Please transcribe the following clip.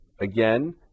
again